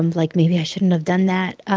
um like maybe i shouldn't have done that.